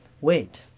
wait